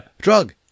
drug